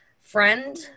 friend